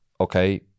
okay